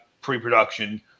pre-production